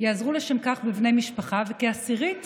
ייעזרו לשם כך בבני משפחה, וכעשירית